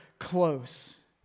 close